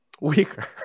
weaker